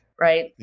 Right